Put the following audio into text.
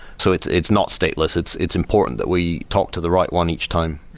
so it's it's not stateless. it's it's important that we talk to the right one each time.